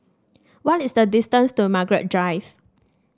what is the distance to Margaret Drive